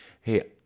hey